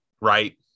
right